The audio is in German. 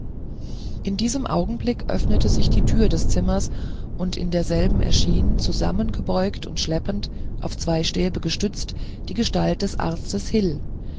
in diesem augenblick öffnete sich die tür des zimmers und in derselben erschien zusammengebeugt und schleppend auf zwei stäbe gestützt die gestalt des arztes hil